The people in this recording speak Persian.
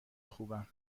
خوبم